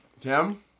tim